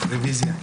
רביזיה.